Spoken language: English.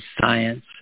science